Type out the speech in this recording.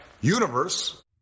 universe